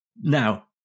Now